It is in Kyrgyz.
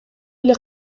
эле